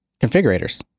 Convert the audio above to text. configurators